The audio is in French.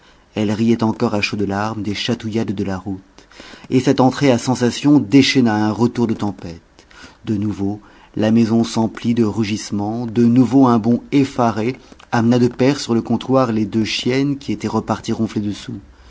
elles riaient encore à chaudes larmes des chatouillades de la route et cette entrée à sensation déchaîna un retour de tempête de nouveau la maison s'emplit de rugissements de nouveau un bond effaré amena de pair sur le comptoir les deux chiennes qui étaient reparties ronfler dessous